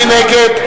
מי נגד?